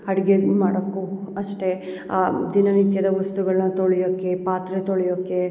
ಅಡ್ಗೆ ಮಾಡಕು ಅಷ್ಟೇ ದಿನನಿತ್ಯದ ವಸ್ತುಗಳನ್ನ ತೊಳಿಯೋಕೆ ಪಾತ್ರೆ ತೊಳಿಯೋಕೆ